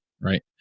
right